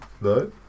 No